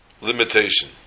limitation